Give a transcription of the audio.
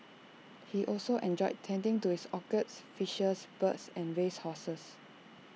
he also enjoyed tending to his orchids fishes birds and race horses